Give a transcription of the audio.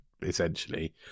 essentially